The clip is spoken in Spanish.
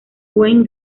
wayne